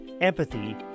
empathy